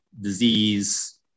disease